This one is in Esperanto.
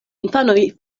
infanoj